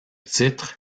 titre